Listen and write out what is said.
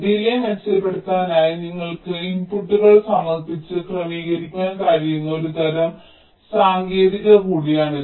delay മെച്ചപ്പെടുത്തുന്നതിനായി നിങ്ങൾക്ക് ഇൻപുട്ടുകൾ സമർപ്പിച്ച് ക്രമീകരിക്കാൻ കഴിയുന്ന ഒരു തരം സാങ്കേതികത കൂടിയാണിത്